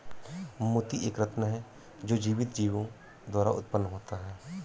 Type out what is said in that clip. मोती एक रत्न है जो जीवित जीवों द्वारा उत्पन्न होता है